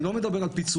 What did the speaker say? אני לא מדבר על פיצויים,